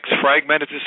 Fragmented